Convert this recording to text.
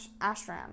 ashram